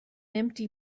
empty